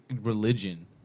religion